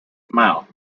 mouth